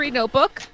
notebook